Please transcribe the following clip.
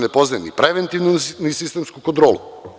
Ne poznaje ni preventivnu ni sistemsku kontrolu.